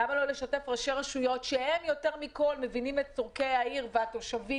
למה לא לשתף ראשי רשויות שהם יותר מכול מבינים את צורכי העיר והתושבים?